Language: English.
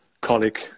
colleague